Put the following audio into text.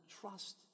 trust